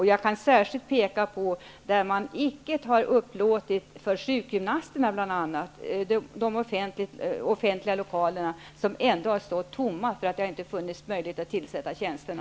Jag kan särskilt peka på sådant som att man inte har upplåtit de offentliga lokaler som ändå har stått tomma till sjukgymnaster, när det inte har funnits möjligheter att tillsätta tjänsterna.